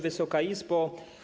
Wysoka Izbo!